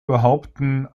behaupten